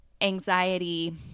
anxiety